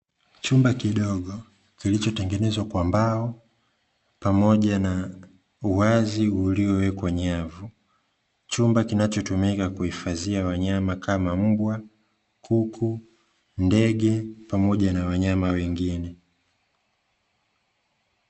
Chumba kidogo kilichotengenezwa kwa mbao pamoja na uwazi uliowekwa nyavu, chumba kinachotumika kuhifadhia wanyama kama mbwa, kuku, ndege pamoja na wanyama wengine.